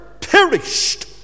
perished